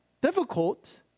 difficult